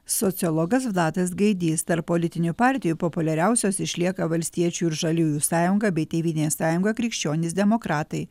sociologas vladas gaidys tarp politinių partijų populiariausios išlieka valstiečių ir žaliųjų sąjunga bei tėvynės sąjunga krikščionys demokratai